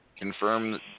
Confirm